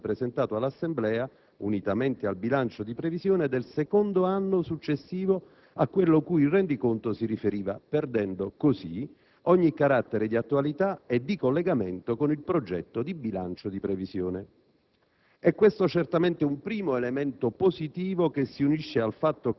mentre, come tutti sappiamo, prima della riforma il consuntivo veniva presentato all'Assemblea unitamente al bilancio di previsione del secondo anno successivo a quello cui il rendiconto si riferiva, perdendo così ogni carattere di attualità e di collegamento con il progetto di bilancio di previsione.